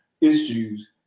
issues